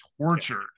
tortured